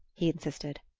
he insisted.